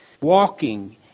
Walking